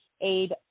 aid